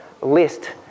list